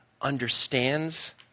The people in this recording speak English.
understands